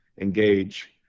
engage